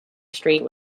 street